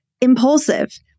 impulsive